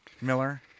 Miller